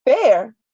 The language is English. Fair